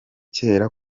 kera